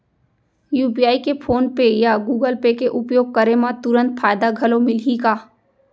UPI के PhonePe या Google Pay के उपयोग करे म तुरंत फायदा घलो मिलही का?